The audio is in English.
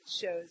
shows